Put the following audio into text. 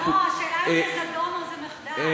לא, השאלה אם זה זדון או אם זה מחדל.